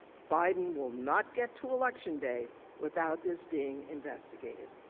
biden will not get to election day without this being investigated.